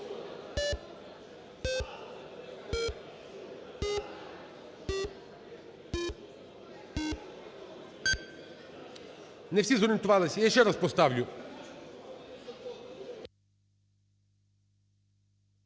Не всі зорієнтувались, я ще раз поставлю.